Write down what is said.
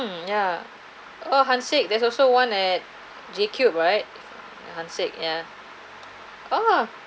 ya oh Hanssik there's also one at JCube right Hanssik yeah ah